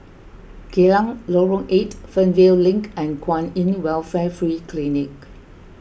Geylang Lorong eight Fernvale Link and Kwan in Welfare Free Clinic